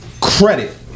credit